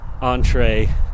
entree